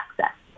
access